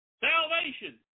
Salvation